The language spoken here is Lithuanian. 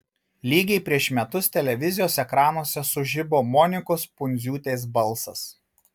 lygiai prieš metus televizijos ekranuose sužibo monikos pundziūtės balsas